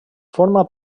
forma